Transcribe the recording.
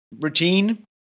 Routine